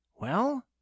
Well